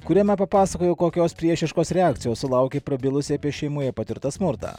kuriame papasakojo kokios priešiškos reakcijos sulaukė prabilusi apie šeimoje patirtą smurtą